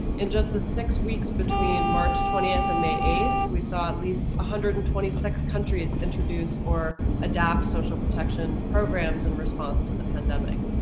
and just the six weeks between march twentieth and may eighth, we saw at least one hundred and twenty six countries introduce or adapt social protection programs in response to the pandemic.